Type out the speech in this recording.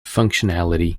functionality